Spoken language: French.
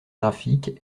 graphiques